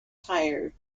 tired